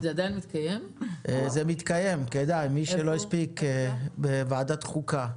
זה עדיין מתקיים אז כדאי למי שלא הספיק זה בוועדת חוקה.